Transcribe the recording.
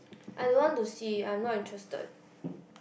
I don't want to see I'm not interested